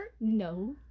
No